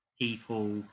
people